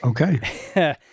Okay